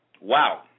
Wow